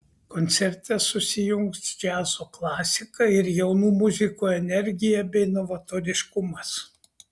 koncerte susijungs džiazo klasika ir jaunų muzikų energija bei novatoriškumas